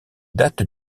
date